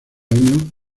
año